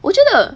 我觉得